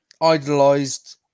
idolized